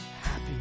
happy